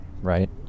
right